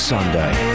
Sunday